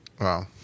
Wow